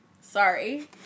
Sorry